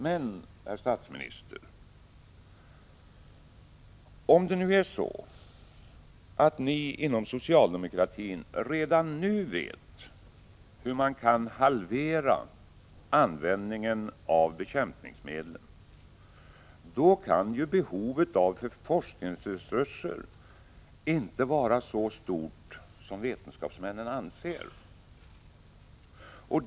Men, herr statsminister, om det är så att ni inom socialdemokratin redan nu vet hur man kan halvera användningen av bekämpningsmedlen, så kan ju behovet av forskningsresurser inte vara så stort som vetenskapsmännen anser.